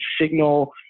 signal